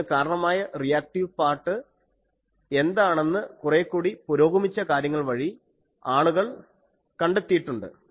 അതിനു കാരണമായ reactive part എന്താണെന്ന് കുറെക്കൂടി പുരോഗമിച്ച കാര്യങ്ങൾ വഴി ആളുകൾ കണ്ടെത്തിയിട്ടുണ്ട്